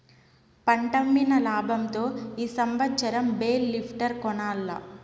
పంటమ్మిన లాబంతో ఈ సంవత్సరం బేల్ లిఫ్టర్ కొనాల్ల